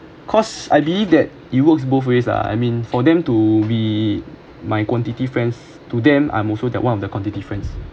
cause I believe that it works both ways lah I mean for them to be my quantity friends to them I'm also that one of the quantity friends